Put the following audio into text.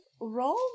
roll